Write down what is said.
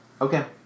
Okay